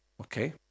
Okay